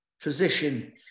physician